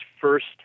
first